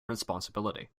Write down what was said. responsibility